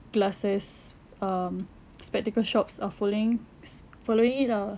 glasses um spectacle shops are following s~ following it lah